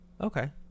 Okay